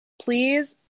Please